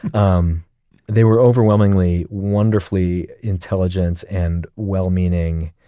um they were overwhelmingly wonderfully intelligent and well-meaning,